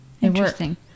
interesting